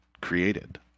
created